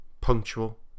punctual